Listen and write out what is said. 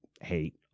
hate